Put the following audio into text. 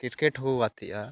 ᱠᱨᱤᱠᱮᱴᱦᱚᱸᱠᱚ ᱜᱟᱛᱮᱜᱼᱟ